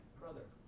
brother